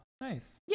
nice